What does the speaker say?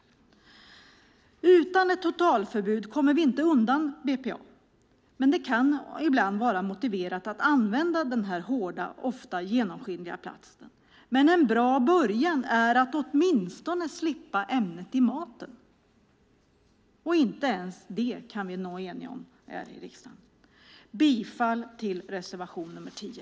Utan ett totalförbud kommer vi inte undan BPA. Det kan ibland vara motiverat att använda den hårda, ofta genomskinliga plasten. Men en bra början är att åtminstone slippa ämnet i maten. Inte ens det kan vi nå enighet om här i riksdagen. Jag yrkar bifall till reservation nr 10.